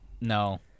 No